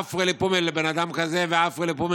עפרא לפומיה לבן אדם כזה ועפרא לפומיה